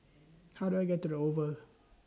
How Do I get to The Oval